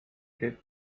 käib